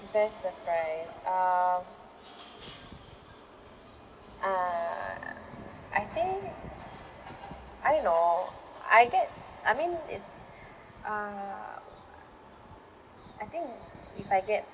best surprise um uh I think I don't know I get I mean it's uh I think if I get